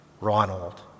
Ronald